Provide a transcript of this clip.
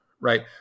Right